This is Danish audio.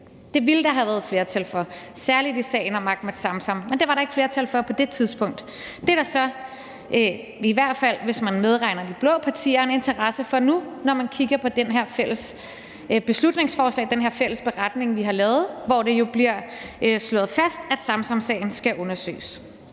Det ville der have været flertal for, særlig i sagen om Ahmed Samsam. Men det var der ikke flertal for på det tidspunkt. I hvert fald hvis man medregner de blå partier, er der så en interesse for det nu, når man kigger på det her fælles beslutningsforslag og den her fælles beretning, vi har lavet, hvor det jo bliver slået fast, at Samsamsagen skal undersøges.